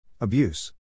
Abuse